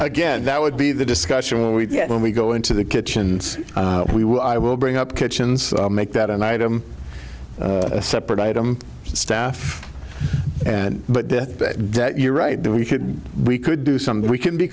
again that would be the discussion we get when we go into the kitchen we will i will bring up kitchens make that an item a separate item staff and but you're right that we could we could do something we can be